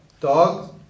dogs